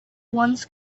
once